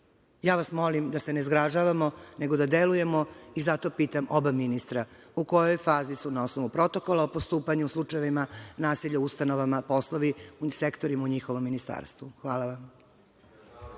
vas da se ne zgražavamo, nego da delujemo i zato pitam oba ministra – u kojoj fazi su na osnovu protokola o postupanju u slučajevima nasilja u ustanovama poslovi, sektori u njihovom ministarstvu? Hvala.